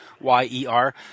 y-e-r